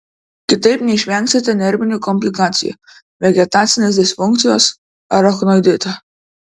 kitaip neišvengsite nervinių komplikacijų vegetacinės disfunkcijos arachnoidito